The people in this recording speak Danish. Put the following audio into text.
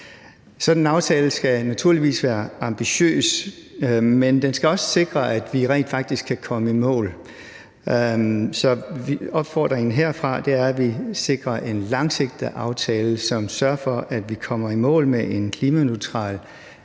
Sådan en aftale skal naturligvis være ambitiøs, men den skal også sikre, at vi rent faktisk kan komme i mål, så opfordringen herfra er, at vi sikrer en langsigtet aftale, som sørger for, at vi kommer i mål med en klimaneutral